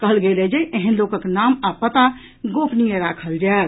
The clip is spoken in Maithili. कहल गेल अछि जे एहन लोकक नाम आ पता गोपनीय राखल जायत